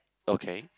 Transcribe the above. okay